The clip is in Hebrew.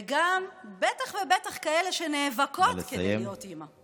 ובטח ובטח כאלה שנאבקות כדי להיות אימא.